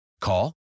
Call